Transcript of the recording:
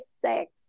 six